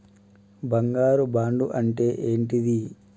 బంగారు బాండు అంటే ఏంటిది?